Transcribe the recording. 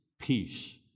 peace